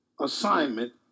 assignment